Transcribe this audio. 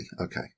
Okay